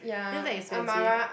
isn't that expensive